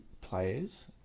players